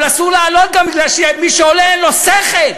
אבל אסור לעלות גם מפני שמי שעולה אין לו שכל.